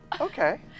Okay